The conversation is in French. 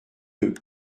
deux